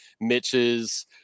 Mitch's